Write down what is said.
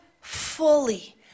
fully